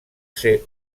ser